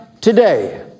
today